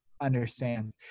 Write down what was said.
understand